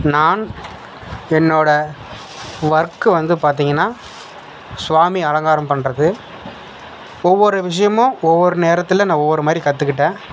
நான் என்னோடய ஒர்க் வந்து பார்த்திங்கன்னா சுவாமி அலங்காரம் பண்ணுறது ஒவ்வொரு விஷயமும் ஒவ்வொரு நேரத்தில் நான் ஒவ்வொரு மாதிரி கற்றுக்கிட்டேன்